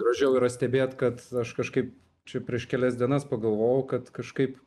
gražiau yra stebėt kad aš kažkaip čia prieš kelias dienas pagalvojau kad kažkaip